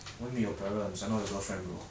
why meet your parents I not your girlfriend bro